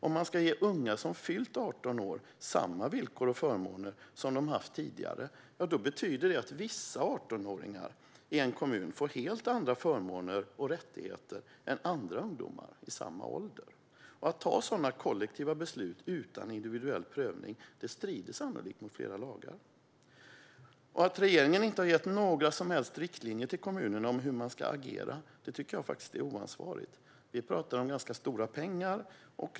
Om man ska ge unga som fyllt 18 år samma villkor och förmåner som de har haft tidigare, betyder det att vissa 18-åringar i en kommun får helt andra förmåner och rättigheter än andra ungdomar i samma ålder. Att ta sådana kollektiva beslut utan individuell prövning strider sannolikt mot flera lagar. Att regeringen inte har gett några som helst riktlinjer till kommunerna om hur de ska agera tycker jag faktiskt är oansvarigt, och vi talar om ganska stora pengar.